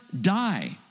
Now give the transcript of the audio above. die